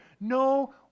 no